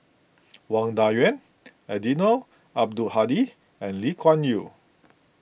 Wang Dayuan Eddino Abdul Hadi and Lee Kuan Yew